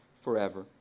forever